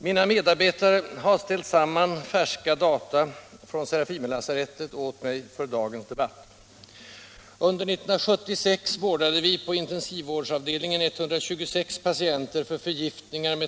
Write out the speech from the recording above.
Mina medarbetare har ställt samman färska data från Serafimerlasarettet åt mig för dagens debatt.